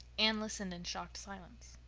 anne listened in shocked silence.